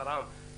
ברעם,